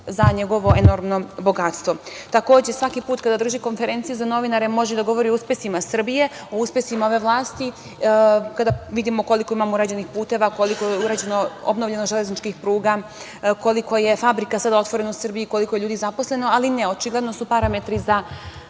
za njegovo enormno bogatstvo. Takođe, svaki put kada drži konferencije za novinare, može da govori o uspesima Srbije, o uspesima ove vlasti, kada vidimo koliko imamo urađenih puteva, koliko je urađeno, obnovljeno železničkih pruga, koliko je fabrika sada otvoreno u Srbiji, koliko je ljudi zaposleno, ali ne, očigledno su parametri za